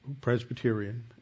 Presbyterian